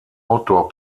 outdoor